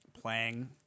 playing –